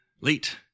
late